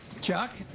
Chuck